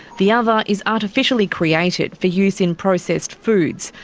the other is artificially created for use in processed foods,